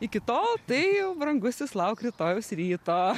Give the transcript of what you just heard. iki tol tai jau brangusis lauk rytojaus ryto